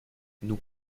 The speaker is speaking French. nous